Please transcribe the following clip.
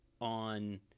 on